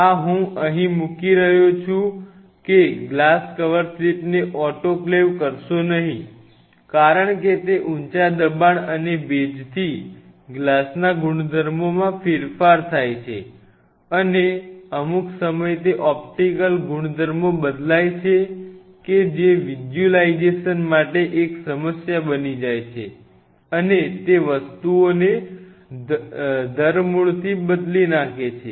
આ હું મૂકી રહ્યો છું કે ગ્લાસ કવર સ્લિપને ઓટોક્લેવ કરશો નહીં કારણ કે તે ઊંચા દબાણ અને ભેજથી ગ્લાસના ગુણધર્મોમાં ફેરફાર થાય છે અને અમુક સમયે તે ઓપ્ટિકલ ગુણધર્મો બદલાય છે કે જે વિઝ્યુલાઇઝેશન માટે એક સમસ્યા બની જાય છે અને તે વસ્તુઓને ધરમૂળથી બદલી નાખે છે